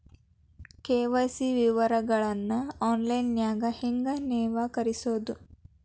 KYC ವಿವರಗಳನ್ನ ಆನ್ಲೈನ್ಯಾಗ ಹೆಂಗ ನವೇಕರಿಸೋದ